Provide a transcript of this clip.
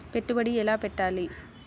పెట్టుబడి ఎలా పెట్టాలి?